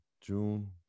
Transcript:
June